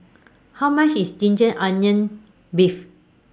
How much IS Ginger Onions Beef